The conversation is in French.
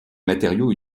matériaux